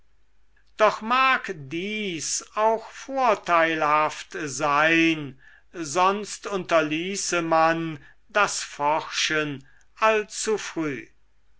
doch mag dies auch vorteilhaft sein sonst unterließe man das forschen allzu früh